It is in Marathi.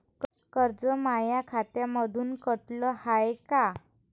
कर्ज माया खात्यामंधून कटलं हाय का?